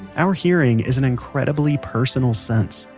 our hearing is an incredibly personal sense.